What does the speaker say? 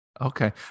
okay